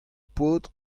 paotr